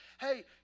hey